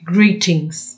Greetings